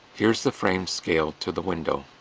here's the frames scaled to the window.